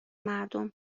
مردم